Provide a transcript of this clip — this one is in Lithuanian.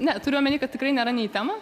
ne turiu omeny kad tikrai nėra ne į temą